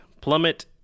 plummet